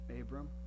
Abram